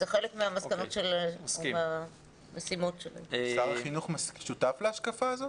כחלק מהמצב של --- שר החינוך שותף להשקפה הזו?